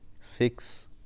six